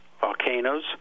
volcanoes